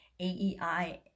A-E-I